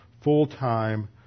full-time